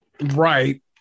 Right